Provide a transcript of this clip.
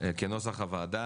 כנוסח הוועדה.